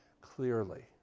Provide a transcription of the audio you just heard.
clearly